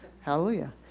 Hallelujah